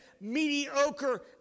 mediocre